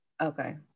Okay